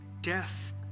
death